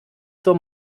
zur